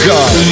God